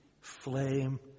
flame